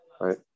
right